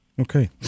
Okay